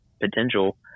potential